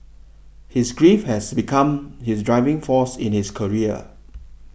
his grief has become his driving force in his career